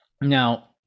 now